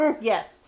Yes